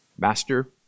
master